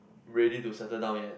ready to settle down yet